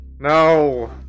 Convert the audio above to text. No